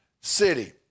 city